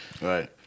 Right